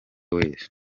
wese